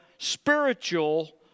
Spiritual